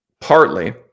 partly